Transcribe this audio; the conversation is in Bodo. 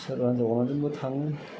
सोरबा हिनजाव गोनांजोंबो थाङो